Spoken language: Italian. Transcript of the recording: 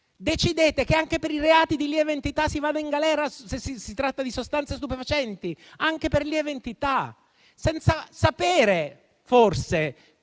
Decidete che anche per i reati di lieve entità si vada in galera se si tratta di sostanze stupefacenti, senza sapere, forse,